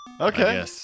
Okay